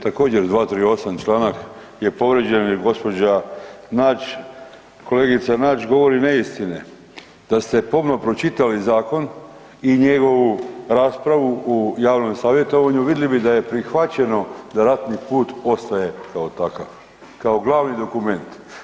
Također 238. članak je povrijeđen jer gospođa Nađ kolegica Nađ govori neistine, da ste pomno pročitali zakon i njegovu raspravu u javnom savjetovanju vidjeli bi da je prihvaćeno da ratni pust ostaje kao takav, kao glavni dokument.